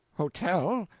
hotel?